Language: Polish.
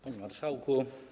Panie Marszałku!